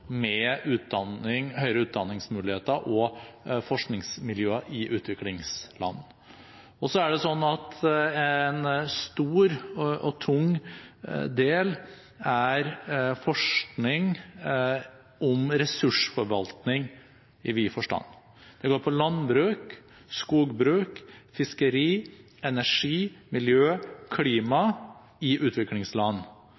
med høyere utdanningsmuligheter og forskningsmiljøer i utviklingsland. En stor og tung del er forskning om ressursforvaltning i vid forstand. Det går på landbruk, skogbruk, fiskeri, energi, miljø,